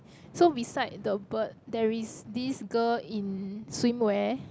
so beside the bird there is this girl in swimwear